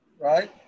right